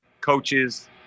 coaches